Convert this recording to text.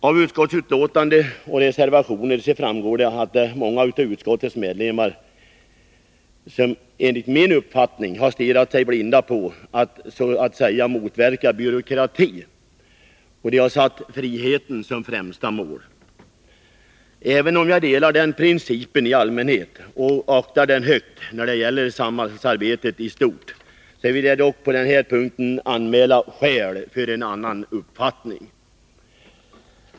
Av utskottsbetänkandet och reservationer framgår enligt min uppfattning att många av utskottets ledamöter har stirrat sig blinda på motverkandet av byråkrati och har satt friheten som främsta mål. Även om jag rent allmänt ansluter mig till den principen och aktar den högt när det gäller samhällsarbetet i stort, vill jag dock på denna punkt anmäla skäl för en annan uppfattning.